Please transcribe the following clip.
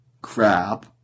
crap